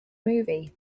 movie